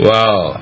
Wow